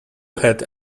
ahead